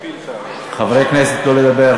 חברי הכנסת, לא לדבר.